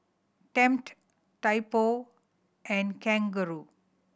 Tempt Typo and Kangaroo